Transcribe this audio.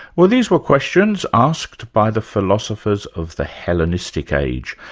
well these were questions asked by the philosophers of the hellenistic age.